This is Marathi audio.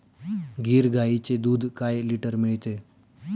गीर गाईचे दूध काय लिटर मिळते?